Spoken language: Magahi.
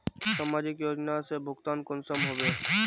समाजिक योजना से भुगतान कुंसम होबे?